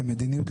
כמדיניות,